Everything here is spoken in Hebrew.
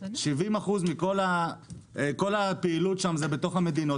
כל הפעילות שם זה בתוך המדינות,